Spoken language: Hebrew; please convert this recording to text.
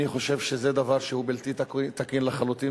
אני חושב שזה דבר שהוא בלתי תקין לחלוטין